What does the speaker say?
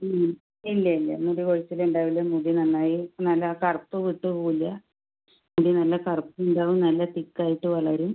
പിന്നെ ഇല്ല ഇല്ല മുടി കൊഴിച്ചിൽ ഉണ്ടാവില്ല മുടി നന്നായി നല്ല കറുപ്പ് വിട്ട് പോവില്ല മുടി നല്ല കറുപ്പ് ഉണ്ടാവും നല്ല തിക്ക് ആയിട്ട് വളരും